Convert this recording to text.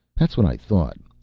that's what i thought.